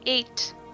Eight